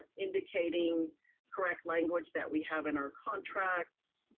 indicating correct language that we have in our contracts.